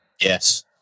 Yes